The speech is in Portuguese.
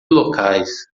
locais